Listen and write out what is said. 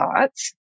thoughts